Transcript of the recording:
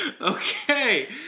Okay